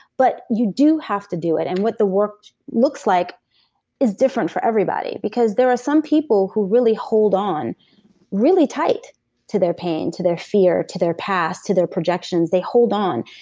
but you do have to do it. and what the work looks like is different for everybody, because there are some people who really hold on really tight to their pain, to their fear, to their past, to their projections. they hold on.